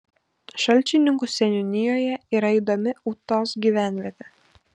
šalčininkų seniūnijoje yra įdomi ūtos gyvenvietė